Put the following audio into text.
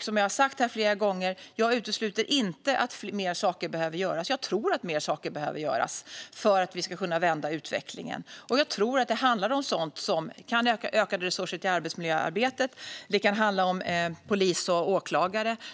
Som jag sagt här flera gånger utesluter jag inte att mer behöver göras. Jag tror att mer behöver göras för att vi ska kunna vända utvecklingen. Jag tror att det handlar om sådant som ökade resurser till arbetsmiljöarbetet och till polis och åklagare.